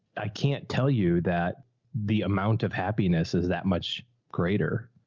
i can't tell you that the amount of happiness is that much greater.